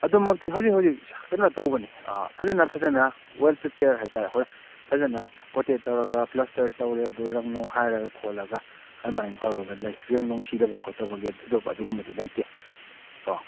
ꯑꯗꯨꯃꯛꯇꯤ ꯍꯧꯖꯤꯛ ꯍꯧꯖꯤꯛ ꯀꯩꯅꯣ ꯇꯧꯕꯅꯤ ꯐꯖꯅ ꯐꯖꯅ ꯋꯦꯜ ꯄ꯭ꯔꯤꯄꯤꯌꯥꯔ ꯍꯥꯏ ꯇꯥꯔꯦ ꯑꯩꯈꯣꯏ ꯐꯖꯅ ꯀꯣꯇꯦꯠ ꯇꯧꯔꯒ ꯄ꯭ꯂꯁꯇꯔ ꯇꯧꯔꯦ ꯑꯗꯨ ꯔꯪ ꯅꯨꯡ ꯍꯥꯏꯔꯒ ꯈꯣꯠꯂꯒ ꯑꯗꯨꯃꯥꯏꯅ ꯇꯧꯔꯒ ꯂꯩ ꯆꯦꯛ ꯅꯨꯡ ꯁꯤꯊꯕ ꯈꯣꯠꯊꯕꯒꯤ ꯊꯣꯏꯗꯣꯛꯄ ꯑꯗꯨꯒꯨꯝꯕꯗꯨꯗꯤ ꯂꯩꯇꯦ ꯀꯣ